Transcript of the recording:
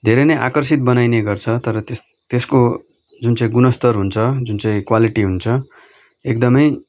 धेरै नै आकार्षित बनाइने गर्छ तर त्यसको जुन चाहिँ गुणस्तर हुन्छ जुन चाहिँ क्वालिटी हुन्छ एकदमै